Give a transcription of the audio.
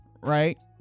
right